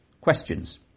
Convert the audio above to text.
questions